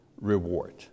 reward